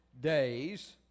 days